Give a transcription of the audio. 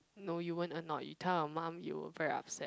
no you weren't annoyed you tell your mum you were very upset